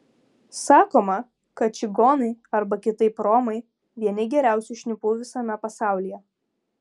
sakoma kad čigonai arba kitaip romai vieni geriausių šnipų visame pasaulyje